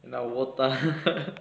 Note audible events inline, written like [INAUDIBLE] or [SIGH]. என்னா ஓதா:ennaa othaa [LAUGHS]